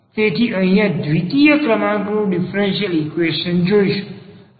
તેથી આપણે અહીં દ્વિતીય ક્રમાંકનું ડીફરન્સીયલ ઈક્વેશન જોઈશું